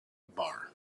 bar